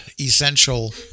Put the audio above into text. essential